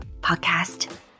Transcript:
podcast